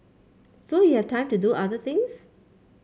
so you have time to do other things